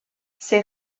ses